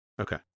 Okay